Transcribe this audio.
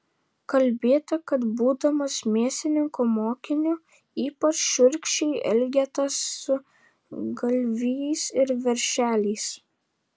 kalbėta kad būdamas mėsininko mokiniu ypač šiurkščiai elgėtės su galvijais ir veršeliais